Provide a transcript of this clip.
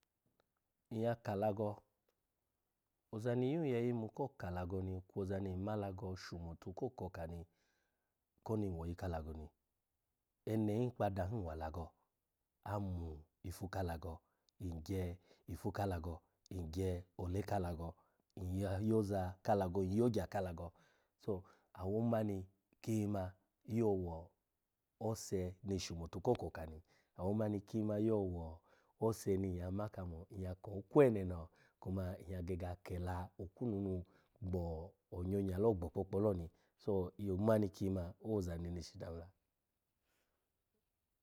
Nyya ka alago, ozani yun ya yinu ko ka alago ni kwo ozani nma alago shumotu ko kani koni nwo oyi ka. Alago ni ene ina kpa ada hin wa alago, amun ifu ka alago, ngye ifu ka alago, ngye ole ka alago, nyya yoza ka alago, nyyo ogya ka alago, to awo mani kin ma yo wo ose ni shumotu ko koka ni, awo mani kin ma yo wo ose ni nyya ma kamo nyya ko kweneno kuma nyya gege ya kila okwunu nu gbo onyonya lo, gbo okpokpo lo ni so omani kin ma owoza nene shi dan la.